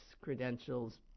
credentials